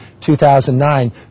2009